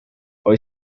hoy